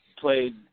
played